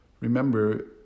Remember